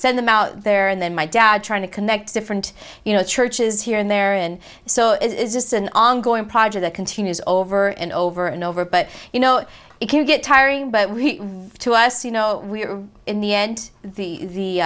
send them out there and then my dad trying to connect different you know churches here and there and so is this an ongoing project that continues over and over and over but you know it can get tiring but to us you know we're in the end